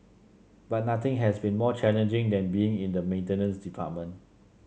but nothing has been more challenging than being in the maintenance department